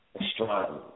astronomy